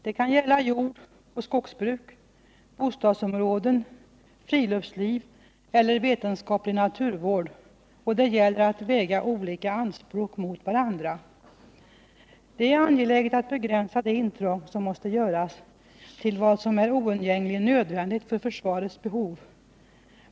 Det kan gälla jordoch skogsbruk, bostadsområden, friluftsliv eller vetenskaplig naturvård och det gäller att väga olika anspråk mot varandra. Det är angeläget att begränsa det intrång som måste göras till vad som är oundgängligen nödvändigt för försvarets behov.